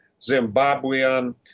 Zimbabwean